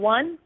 One